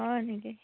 হয় নেকি